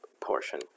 portion